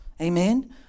Amen